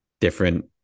different